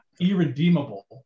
irredeemable